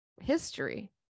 history